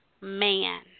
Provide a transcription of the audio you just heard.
man